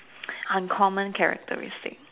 uncommon characteristic